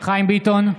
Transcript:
חיים ביטון,